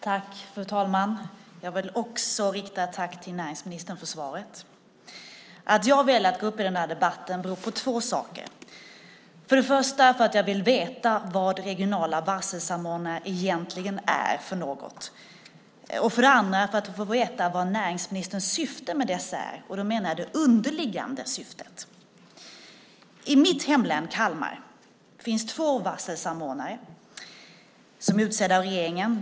Fru talman! Jag vill också rikta ett tack till näringsministern för svaret. Att jag väljer att gå upp i den här debatten beror på två saker. För det första vill jag veta vad regionala varselsamordnare egentligen är för något. För det andra vill jag veta vad näringsministerns syfte med dessa är. Då menar jag det underliggande syftet. I mitt hemlän, Kalmar, finns två varselsamordnare utsedda av regeringen.